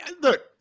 Look